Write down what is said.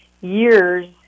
years